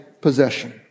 possession